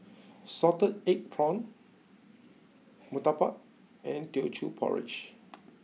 Salted Egg Prawns Murtabak and Teochew Porridge